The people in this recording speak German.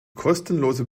kostenlose